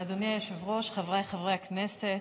אדוני היושב-ראש, חבריי חברי הכנסת,